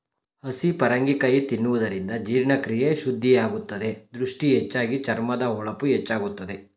ಹಸಿ ಪರಂಗಿ ಕಾಯಿ ತಿನ್ನುವುದರಿಂದ ಜೀರ್ಣಕ್ರಿಯೆ ಶುದ್ಧಿಯಾಗುತ್ತದೆ, ದೃಷ್ಟಿ ಹೆಚ್ಚಾಗಿ, ಚರ್ಮದ ಹೊಳಪು ಹೆಚ್ಚಾಗುತ್ತದೆ